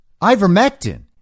Ivermectin